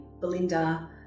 Belinda